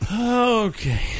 Okay